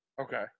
Okay